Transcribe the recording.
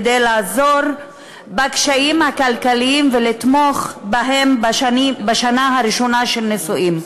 כדי לעזור בקשיים הכלכליים ולתמוך בהם בשנה הראשונה של הנישואין.